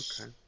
Okay